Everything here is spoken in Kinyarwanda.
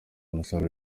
umusaruro